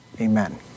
Amen